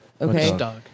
okay